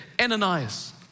Ananias